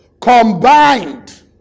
Combined